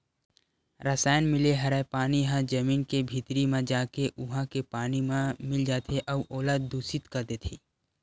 रसायन मिले हरय पानी ह जमीन के भीतरी म जाके उहा के पानी म मिल जाथे अउ ओला दुसित कर देथे